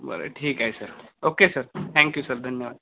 बरं ठीक आहे sir okay sir thank you sir धन्यवाद